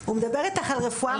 הוא מדבר איתך על רפואה מונעת.